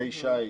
כלי שיט.